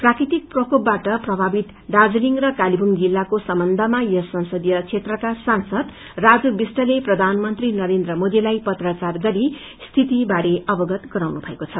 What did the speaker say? प्राकृतिक प्रकोपबाट प्रभावित दार्जीलिङ र कालेबुङ जिल्लाको सम्बन्धमा यस संसदीय क्षेत्रका सांसद राजु विष्टले प्रयानमन्त्री नरेन्द्र मोदीलाई पत्रचार गरी स्थिति बारे अवगत गराउनु भएको छ